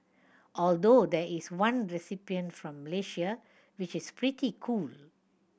although there is one recipient from Malaysia which is pretty cool